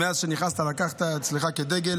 מאז שנכנסת, לקחת על עצמך כדגל